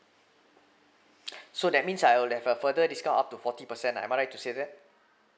so that means I would have a further discount up to forty percent am I right to say that